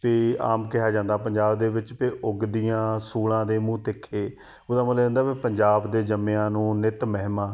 ਵੀ ਆਮ ਕਿਹਾ ਜਾਂਦਾ ਪੰਜਾਬ ਦੇ ਵਿੱਚ ਵੀ ਉੱਗਦੀਆਂ ਸੂਲਾਂ ਦੇ ਮੂੰਹ ਤਿੱਖੇ ਉਹਦਾ ਮਤਲਬ ਇਹ ਹੁੰਦਾ ਵੀ ਪੰਜਾਬ ਦੇ ਜੰਮਿਆਂ ਨੂੰ ਨਿੱਤ ਮਹਿਮਾਂ